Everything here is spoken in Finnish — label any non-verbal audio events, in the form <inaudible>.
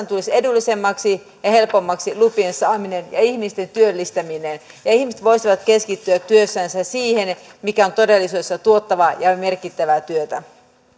<unintelligible> tulisi edullisemmaksi ja helpommaksi lupien saaminen ja ihmisten työllistäminen ja ja ihmiset voisivat keskittyä työssänsä siihen mikä on todellisuudessa tuottavaa ja merkittävää työtä